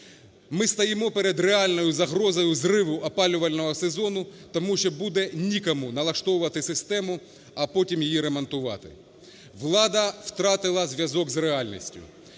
Ми стоїмо перед реальною загрозою зриву опалювального сезону, тому що буде нікому налаштовувати систему, а потім її ремонтувати. Влада втратила зв'язок з реальністю,